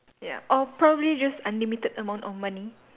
ya or probably just unlimited amount of money